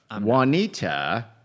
Juanita